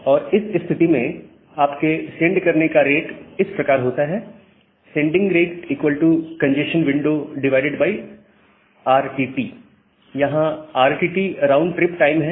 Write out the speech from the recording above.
और इस स्थिति में आपके सेंड करने की रेट इस प्रकार होती है Sending Rate Congestion windowRTT जहां RTT राउंड ट्रिप टाइम है